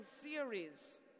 theories